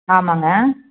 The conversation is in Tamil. ஆமாங்க